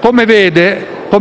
Come